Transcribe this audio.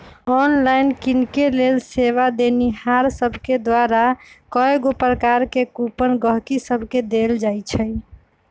online किनेके लेल सेवा देनिहार सभके द्वारा कएगो प्रकार के कूपन गहकि सभके देल जाइ छइ